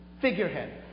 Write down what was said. figurehead